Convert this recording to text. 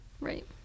right